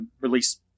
release